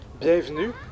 bienvenue